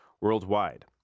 worldwide